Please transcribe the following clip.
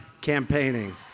campaigning